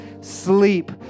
sleep